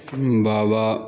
ਬਾਵਾ